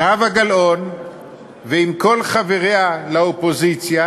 זהבה גלאון ועם כל חבריה לאופוזיציה,